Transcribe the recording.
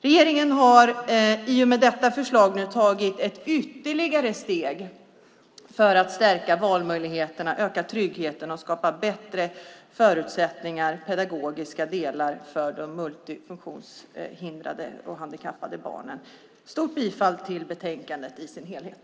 Regeringen har i och med detta förslag nu tagit ett ytterligare steg för att stärka valmöjligheterna, öka tryggheten och skapa bättre förutsättningar och pedagogiska delar för de multifunktionshindrade och handikappade barnen. Jag yrkar starkt bifall till förslaget i betänkandet i dess helhet.